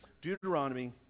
Deuteronomy